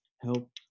help